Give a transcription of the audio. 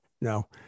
No